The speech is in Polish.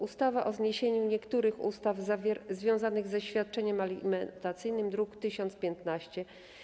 Ustawa o zniesieniu niektórych ustaw związanych ze świadczeniem alimentacyjnym, druk nr 1015.